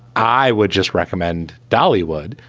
i would just recommend dollywood,